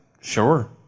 Sure